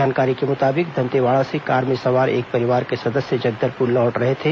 जानकारी के मुताबिक दंतेवाड़ा से कार में सवार एक परिवार के सदस्य जगदलपुर लौट रहे थे